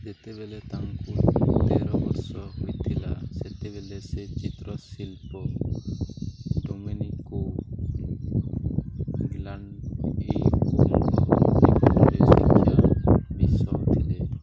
ଯେତେବେଳେ ତାଙ୍କୁ ତେର ବର୍ଷ ହେଇଥିଲା ସେତେବେଳେ ସେ ଚିତ୍ରଶିଲ୍ପ ଡୋମେନିକୋ ଗିର୍ଲାଣ୍ଡାଇଓଙ୍କ ନିକଟରେ ଶିକ୍ଷା ବୀଶ ଥିଲେ